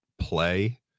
play